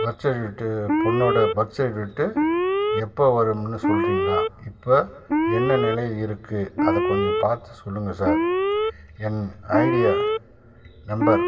birth certificate பொண்ணோட birth certificate எப்போ வரும்னு சொல்கிறீங்களா இப்போ என்ன நிலைல இருக்குது அதை கொஞ்சம் பார்த்து சொல்லுங்கள் சார் என் ஐடியா நம்பர்